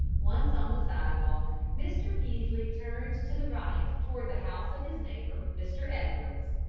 once on the sidewalk, mr. peaslee turned to the right toward the house of his neighbor, mr. edwards.